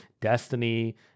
Destiny